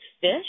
Fish